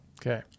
Okay